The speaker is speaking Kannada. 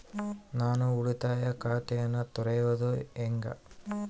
ನಾನು ಉಳಿತಾಯ ಖಾತೆಯನ್ನ ತೆರೆಯೋದು ಹೆಂಗ?